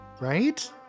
Right